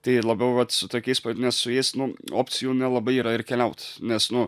tai labiau vat su tokiais nes su jais nu opcijų nelabai yra ir keliaut nes nu